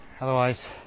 Otherwise